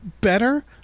better